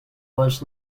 was